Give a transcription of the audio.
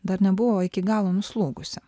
dar nebuvo iki galo nuslūgusi